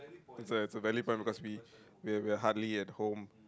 it's a it's a valid point because we we will huggy at home